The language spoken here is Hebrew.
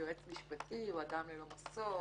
שיועץ משפטי הוא אדם ללא משוא פנים,